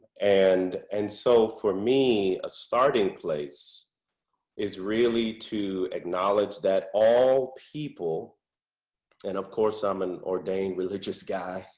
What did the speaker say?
and and so for me, a starting place is really to acknowledge that all people, and of course i'm an ordained religious guy,